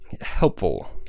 helpful